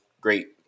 great